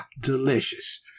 delicious